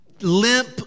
limp